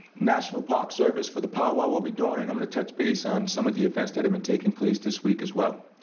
national park service, for the powwow will be doing and i'm going to touch base on some of the events that have been taken place this week, as well.